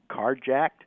carjacked